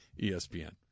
ESPN